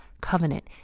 covenant